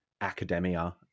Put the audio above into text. academia